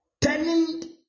turning